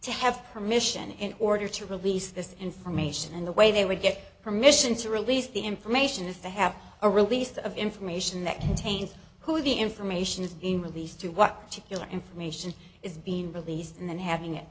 to have permission in order to release this information and the way they would get permission to release the information is to have a release of information that contains who the information is being released to what your information is being released and then having it